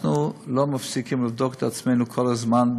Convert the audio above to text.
אנחנו לא מפסיקים לבדוק את עצמנו כל הזמן,